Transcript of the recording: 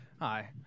Hi